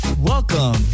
Welcome